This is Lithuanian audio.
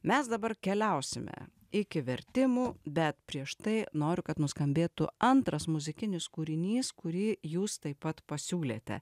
mes dabar keliausime iki vertimų bet prieš tai noriu kad nuskambėtų antras muzikinis kūrinys kurį jūs taip pat pasiūlėte